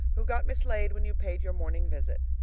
who got mislaid when you paid your morning visit.